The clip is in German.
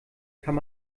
kann